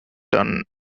done